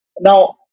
Now